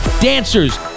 dancers